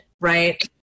Right